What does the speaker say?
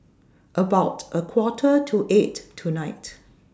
about A Quarter to eight tonight